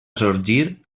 sorgir